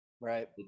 Right